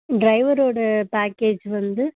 ட்ரைவரோடய package வந்து